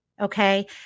okay